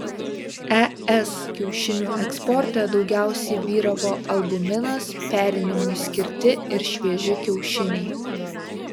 es kiaušinių eksporte daugiausiai vyravo albuminas perinimui skirti ir švieži kiaušiniai